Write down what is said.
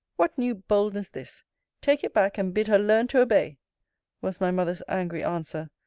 what new boldness this take it back and bid her learn to obey was my mother's angry answer,